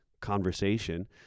conversation